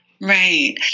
Right